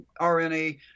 RNA